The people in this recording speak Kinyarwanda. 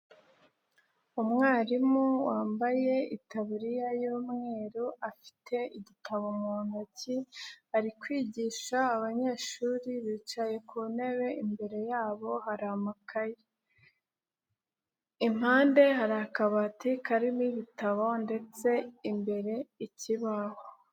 Umwarimu wambaye itaburiya y'umweru, afite igitabo mu ntoki, ari kwigisha abanyeshuri bicaye ku ntebe imbere yabo hari amakaye. Impande hari akabati karimo ibitabo ndetse imbere ikibaho.